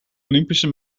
olympische